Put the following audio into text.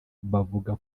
bavuga